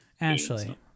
Ashley